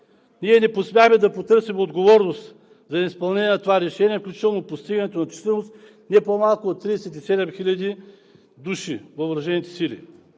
Ние не посмяхме да потърсим отговорност за неизпълнение на това решение, включително постигането на численост, не по-малка от 37 хиляди души на въоръжените сили.